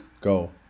Go